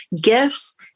gifts